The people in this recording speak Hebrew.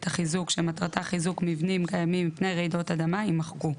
החיזוק שמטרתה חיזוק מבנים קיימים מפני רעידות אדמה" יימחקו.